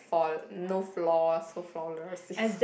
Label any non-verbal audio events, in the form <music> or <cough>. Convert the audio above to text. faw~ no flaws so flawless yes <laughs>